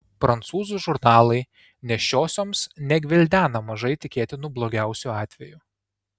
prancūzų žurnalai nėščiosioms negvildena mažai tikėtinų blogiausių atvejų